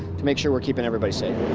to make sure we're keeping everybody safe.